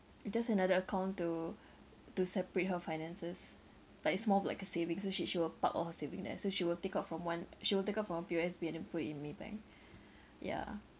just another account to to separate her finances but it's more of like a savings so she she will park all her saving there so she will take out from one she will take out from P_O_S_B and then put it in Maybank yeah